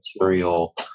material